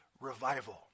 Revival